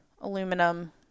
aluminum